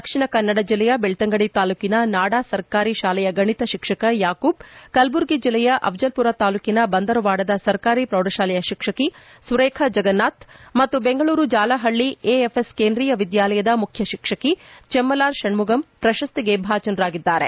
ದಕ್ಷಿಣ ಕನ್ನಡ ಜಿಲ್ಲೆಯ ಬೆಳ್ತಂಗಡಿ ತಾಲೂಕಿನ ನಾಡಾ ಸರ್ಕಾರಿ ಶಾಲೆಯ ಗಣಿತ ಶಿಕ್ಷಕ ೆಯಾಕೂಬ್ ಕಲಬುರಗಿ ಜಿಲ್ಲೆಯ ಅಫಜಲಪುರ ತಾಲೂಕಿನ ಬಂದರವಾಡದ ಸರ್ಕಾರಿ ಪ್ರೌಢ ಶಾಲೆಯ ಶಿಕ್ಷಕಿ ಸುರೇಖಾ ಜಗನ್ನಾಥ್ ಮತ್ತು ದೆಂಗಳೂರು ಜಾಲಹಳ್ಳಿ ಎಎಫ್ಎಸ್ ಕೇಂದ್ರೀಯ ವಿದ್ಯಾಲಯದ ಮುಖ್ಯ ಶಿಕ್ಷಕಿ ಚೆಮ್ನಲಾರ್ ಶಣ್ಣುಗಪ್ ಪ್ರಶಸ್ತಿಗೆ ಭಾಜನರಾಗಿದ್ದಾರೆ